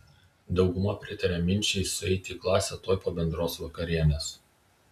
dauguma pritaria minčiai sueiti į klasę tuoj po bendros vakarienės